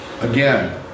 Again